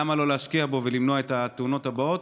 למה לא להשקיע בו ולמנוע את התאונות הבאות?